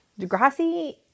Degrassi